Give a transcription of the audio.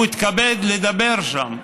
הוא התכבד לדבר שם,